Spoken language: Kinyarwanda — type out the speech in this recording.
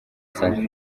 san